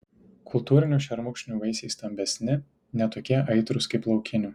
kultūrinių šermukšnių vaisiai stambesni ne tokie aitrūs kaip laukinių